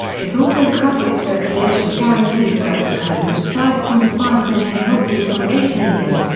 it also cut its circulation guarantee for advertisers to five point five million copies from eight million.